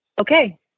okay